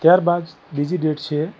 ત્યાર બાદ બીજી ડેટ છે